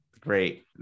great